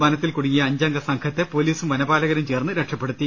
വനത്തിൽ കുടുങ്ങിയ അഞ്ച് അംഗ സംഘത്തെ പോലീസും വനപാലകരും ചേർന്ന് രക്ഷപ്പെടുത്തി